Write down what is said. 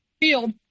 field